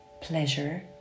pleasure